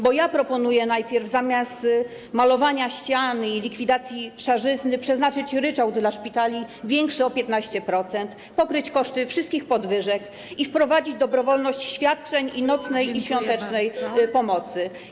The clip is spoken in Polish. Bo ja proponuję najpierw zamiast malowania ścian i likwidacji szarzyzny przeznaczyć ryczałt dla szpitali większy o 15%, pokryć koszty wszystkich podwyżek i wprowadzić dobrowolność świadczeń nocnej i świątecznej pomocy.